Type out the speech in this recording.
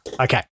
Okay